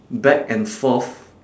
back and forth